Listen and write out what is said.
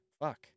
Fuck